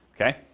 Okay